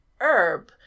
herb